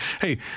Hey